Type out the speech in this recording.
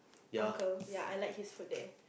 uncle ya I like his food there